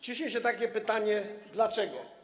Ciśnie się takie pytanie: Dlaczego?